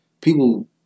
people